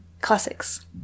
classics